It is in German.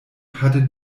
hatte